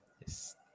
Yes